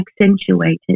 accentuated